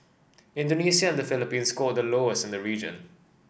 Indonesia and the Philippines scored the lowest in the region